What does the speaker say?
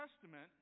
Testament